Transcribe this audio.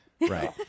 Right